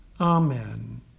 amen